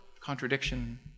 contradiction